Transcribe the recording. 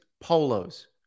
polos